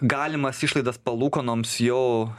galimas išlaidas palūkanoms jau